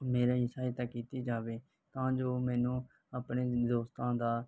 ਮੇਰੀ ਸਹਾਇਤਾ ਕੀਤੀ ਜਾਵੇ ਤਾਂ ਜੋ ਮੈਨੂੰ ਆਪਣੇ ਦੋਸਤਾਂ ਦਾ